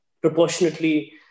proportionately